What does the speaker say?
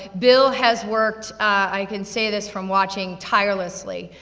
bill has worked, i can say this from watching, tirelessly,